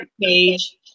page